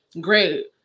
great